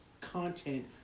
content